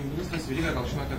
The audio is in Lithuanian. ministras veryga gal žinote